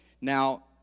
Now